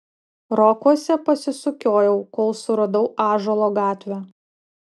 rokuose pasisukiojau kol suradau ąžuolo gatvę